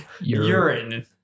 Urine